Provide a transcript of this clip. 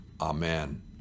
Amen